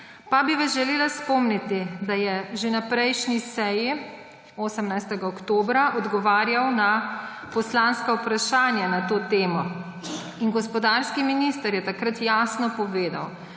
Pa bi vas želela spomniti, da je že na prejšnji seji 18. oktobra odgovarjal na poslanska vprašanja na to temo. In gospodarski minister je takrat jasno povedal